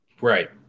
Right